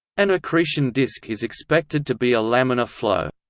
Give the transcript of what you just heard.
an accretion disk is expected to be a laminar flow.